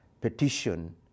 petition